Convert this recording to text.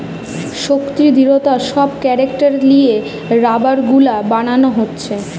শক্তি, দৃঢ়তা সব ক্যারেক্টার লিয়ে রাবার গুলা বানানা হচ্ছে